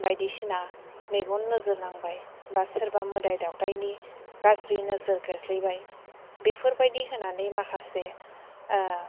बायदि सिना मेगन नोजोर नांबाय बा सोरबा मोदाय दावदायनि गाज्रि नोजोर गोग्लैबाय बेफोर बायदि होनानै माखासे